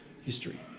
history